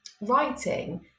writing